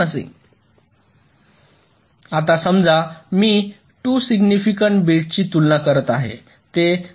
आता समजा मी २ सिग्निफिकन्ट बिट्सची तुलना करत आहे